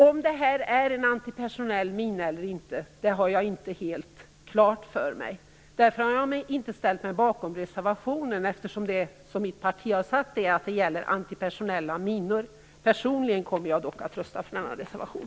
Om det rör sig om antipersonella minor eller inte har jag inte helt klart för mig. Därför har jag inte ställt mig bakom reservationen, eftersom mitt parti har uttalat att det skall gälla antipersonella minor. Personligen kommer jag dock att rösta för denna reservation.